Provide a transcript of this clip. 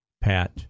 pat